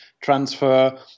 transfer